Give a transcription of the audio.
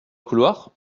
couloir